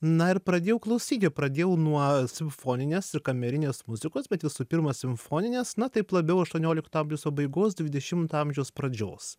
na ir pradėjau klausyti pradėjau nuo simfoninės ir kamerinės muzikos bet visų pirma simfoninės na taip labiau aštuoniolikto amžiaus pabaigos dvidešimto amžiaus pradžios